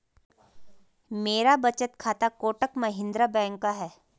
मेरा बचत खाता कोटक महिंद्रा बैंक का है